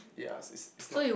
ya it's it's not